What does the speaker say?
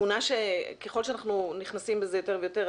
ככל שאנחנו נכנסים לזה יותר ויותר,